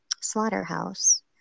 slaughterhouse